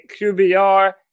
QBR